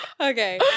Okay